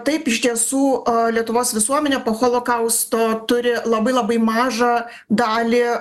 taip iš tiesų lietuvos visuomenė po holokausto turi labai labai mažą dalį